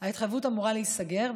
ההתחייבות אמורה להיסגר,